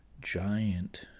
giant